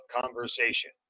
conversation